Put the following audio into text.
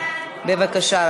בבקשה.